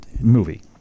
Movie